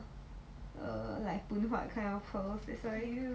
err like Phoon Huat kind of pearls that's why